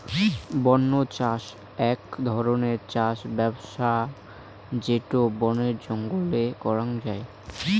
বন্য চাষ আক ধরণের চাষ ব্যবছস্থা যেটো বনে জঙ্গলে করাঙ যাই